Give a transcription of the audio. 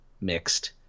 mixed